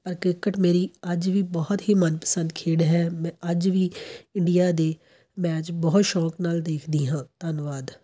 ਪਰ ਕ੍ਰਿਕਟ ਮੇਰੀ ਅੱਜ ਵੀ ਬਹੁਤ ਹੀ ਮਨਪਸੰਦ ਖੇਡ ਹੈ ਮੈਂ ਅੱਜ ਵੀ ਇੰਡੀਆ ਦੇ ਮੈਚ ਬਹੁਤ ਸ਼ੌਕ ਨਾਲ ਦੇਖਦੀ ਹਾਂ ਧੰਨਵਾਦ